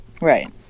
right